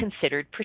considered